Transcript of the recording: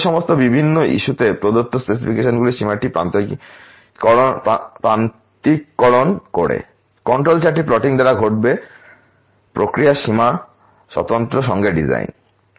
সেই সমস্ত বিভিন্ন ইস্যুতে প্রদত্ত স্পেসিফিকেশন সীমাটি প্রান্তিককরণ করতে হভে এবং কন্ট্রোল চার্ট প্লটিং দ্বারা ঘটবে এমন প্রক্রিয়া সীমা স্বতন্ত্র সঙ্গে ডিজাইন করতে হবে